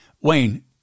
Wayne